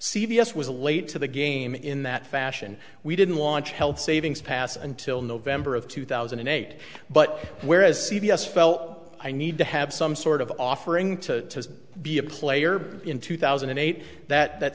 s was late to the game in that fashion we didn't launch health savings pass until november of two thousand and eight but whereas c v s fell i need to have some sort of offering to be a player in two thousand and eight that that